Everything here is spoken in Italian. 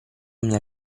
mia